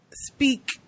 speak